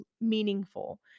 meaningful